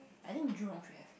I think jurong have